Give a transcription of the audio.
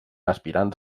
aspirants